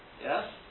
Yes